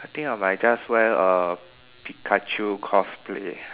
I think I might just wear err Pikachu cosplay